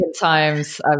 times